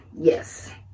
yes